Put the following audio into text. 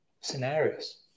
scenarios